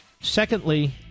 Secondly